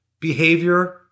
behavior